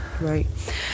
right